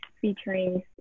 featuring